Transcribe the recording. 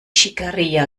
schickeria